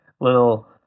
little